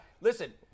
Listen